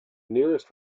nearest